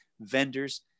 vendors